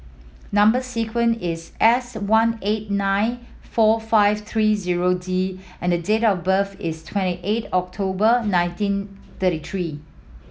number sequence is S one eight nine four five three zero D and the date of birth is twenty eight October nineteen thirty three